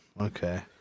Okay